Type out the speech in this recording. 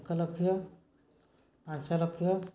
ଏକ ଲକ୍ଷ ପାଞ୍ଚ ଲକ୍ଷ